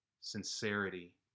sincerity